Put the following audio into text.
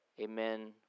amen